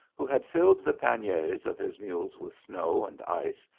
who had filled the panniers of his mules with snow and ice,